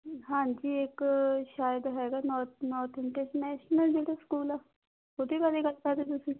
ਹਾਂਜੀ ਇੱਕ ਸ਼ਾਇਦ ਹੈਗਾ ਨੋ ਨੋਰਥ ਇੰਟਰਨੈਸ਼ਨਲ ਜਿਹੜਾ ਸਕੂਲ ਆ ਉਹਦੇ ਬਾਰੇ ਗੱਲ ਕਰ ਰਹੇ ਤੁਸੀਂ